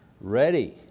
Ready